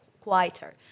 quieter